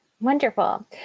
Wonderful